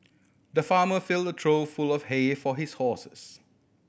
the farmer filled a trough full of hay for his horses